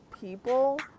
people